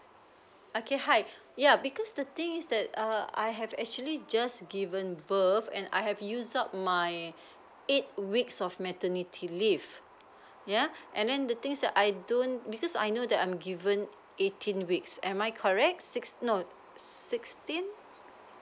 okay hi yeah because the thing is that err I have actually just given birth and I have use up my eight weeks of maternity leave yeah and then the thing is I don't because I know that I'm given eighteen weeks am I correct six no sixteen